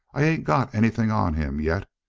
i ain't got anything on him yet.